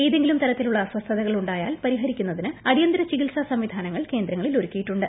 ഏതെങ്കിലും തരത്തിലുളള അസ്വസ്ഥതകൾ ഉണ്ടായാൽ പരിഹരിക്കുന്നതിന് അടിയന്തിര ചികിത്സാ സംവിധാനങ്ങൾ കേന്ദ്രങ്ങളിൽ ഒരുക്കിയിട്ടുണ്ട്